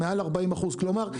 מעל 40%. כלומר,